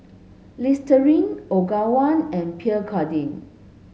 Listerine Ogawa and Pierre Cardin